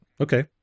Okay